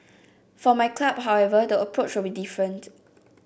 for my club however the approach will be different